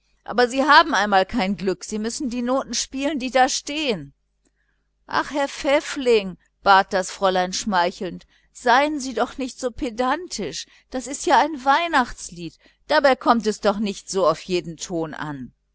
aber sie haben einmal kein glück sie müssen die noten spielen die da stehen ach herr pfäffling bat das fräulein schmeichelnd seien sie doch nicht so pedantisch das ist ja ein weihnachtslied dabei kommt es doch nicht so auf jeden ton an